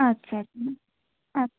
আচ্ছা আচ্ছা আচ্ছা